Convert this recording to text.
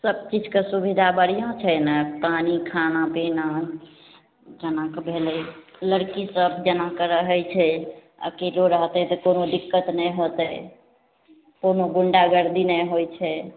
सब चीजके सुविधा बढ़िआँ छै ने पानि खाना पीना भेलय लड़की सब जेना कऽ रहय छै अकेलो रहतय तऽ कोनो दिक्कत नहि होतय कोनो गुण्डागर्दी नहि होइ छै